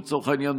לצורך העניין,